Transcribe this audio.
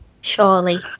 Surely